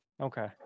Okay